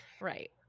Right